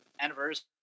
anniversary